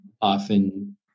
often